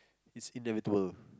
it's inevitable